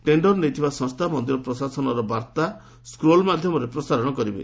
tender ନେଇଥିବା ସଂସ୍କା ମନ୍ଦିର ପ୍ରଶାସନର ବାର୍ତ୍ତା ସ୍କୋଲ ମାଧ୍ୟମରେ ପ୍ରସାରର କରିବେ